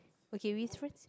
okay we